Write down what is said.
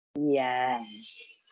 Yes